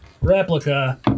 replica